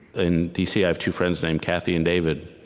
in d c, i have two friends named kathy and david,